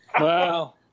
Wow